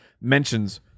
mentions